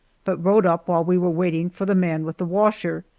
but rode up while we were waiting for the man with the washer.